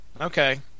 Okay